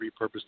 repurposed